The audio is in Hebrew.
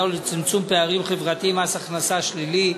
ולצמצום פערים חברתיים (מס הכנסה שלילי)